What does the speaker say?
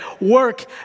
work